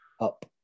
up